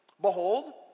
behold